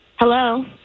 Hello